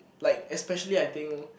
like especially I think